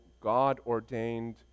God-ordained